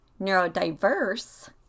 neurodiverse